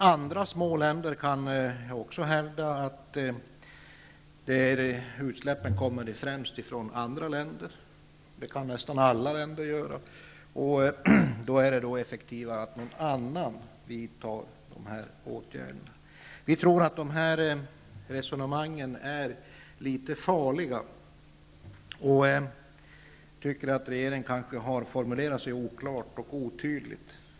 Andra små länder kan också hävda att utsläppen främst kommer från andra länder -- det kan nästan alla länder göra -- och att det är effektivare att någon annan vidtar de åtgärderna. Vi tror att de resonemangen är litet farliga och tycker att regeringen kanske har formulerat sig oklart och otydligt.